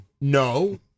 No